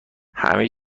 همه